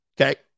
Okay